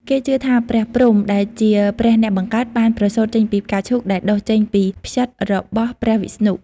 គេជឿថាព្រះព្រហ្ម ដែលជាព្រះអ្នកបង្កើត បានប្រសូតចេញពីផ្កាឈូកដែលដុះចេញពីផ្ចិតរបស់ព្រះវិស្ណុ។